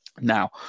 Now